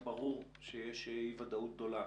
ברור שיש אי ודאות גדולה